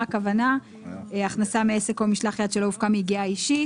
הכוונה הכנסה מעסק או ממשלח יד שלא הופקה מיגיעה אישית.